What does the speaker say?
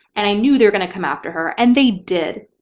and i knew they were gonna come after her and they did.